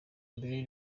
mbere